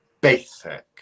basic